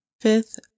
Fifth